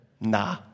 nah